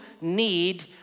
need